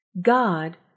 God